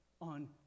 on